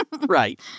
right